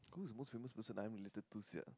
who's the most famous person I'm related to sia